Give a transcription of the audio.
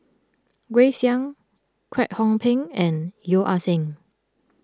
Grace Young Kwek Hong Png and Yeo Ah Seng